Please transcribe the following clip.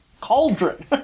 cauldron